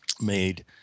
made